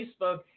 Facebook